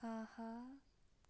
آہا